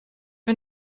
wir